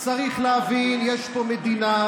השר הורוביץ,